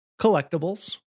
collectibles